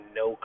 no